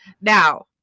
Now